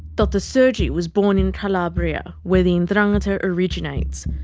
dr sergi was born in calabria, where the ndrangheta originates.